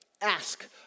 Ask